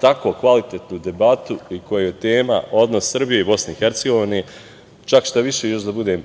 tako kvalitetnu debatu u kojoj je tema odnos Srbije i Bosne i Hercegovine. Čak, još da budem